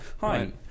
Hi